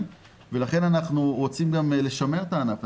-- -ולכן אנחנו רוצים גם לשמר את הענף.